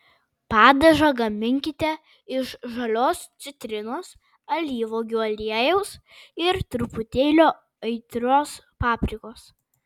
padažą gaminkite iš žalios citrinos alyvuogių aliejaus ir truputėlio aitrios paprikos